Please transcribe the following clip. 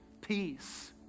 peace